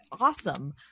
awesome